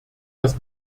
dass